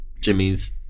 Jimmy's